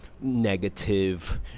negative